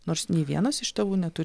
nors nei vienas iš tėvų neturi